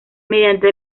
mediante